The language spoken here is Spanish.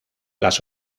las